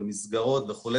במסגרות וכו',